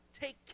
Take